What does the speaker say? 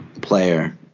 player